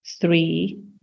three